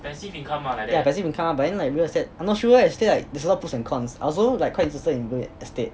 yeah passive income lah but then like real estate I'm not sure eh it feels like there is a lot of pros and cons I was also quite interested in real estate